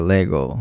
Lego